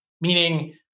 Meaning